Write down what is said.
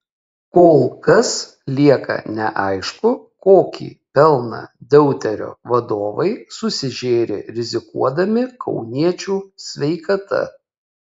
kol kas lieka neaišku kokį pelną deuterio vadovai susižėrė rizikuodami kauniečių sveikata